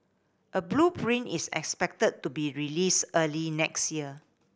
a blueprint is expected to be released early next year